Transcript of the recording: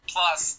Plus